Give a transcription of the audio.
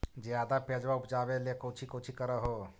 ज्यादा प्यजबा उपजाबे ले कौची कौची कर हो?